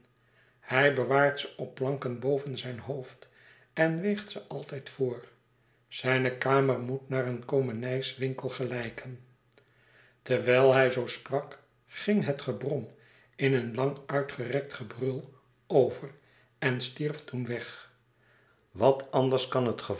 hij bewaart ze op planken boven zijn hoofd en weegt ze altijd voor zijne kamer moet naar een komenijswinkel gelijken terwij hij zoo sprak ging het gebrom in een lang uitgerekt gebrul over en stierf toen weg wat anders kan het